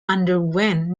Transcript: underwent